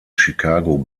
chicago